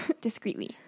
Discreetly